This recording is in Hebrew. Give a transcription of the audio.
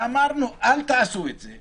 אמרנו: אל תעשו את זה.